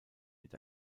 mit